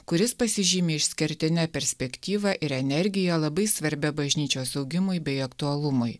kuris pasižymi išskirtine perspektyva ir energija labai svarbia bažnyčios augimui bei aktualumui